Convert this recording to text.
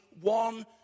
one